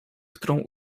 którą